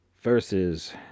versus